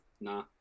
Nah